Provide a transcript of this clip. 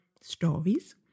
stories